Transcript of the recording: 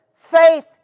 Faith